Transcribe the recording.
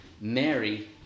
Mary